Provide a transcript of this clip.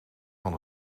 van